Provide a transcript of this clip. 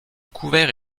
couvert